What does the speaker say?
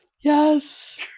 Yes